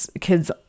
kids